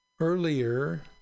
Earlier